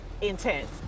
intense